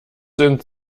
sind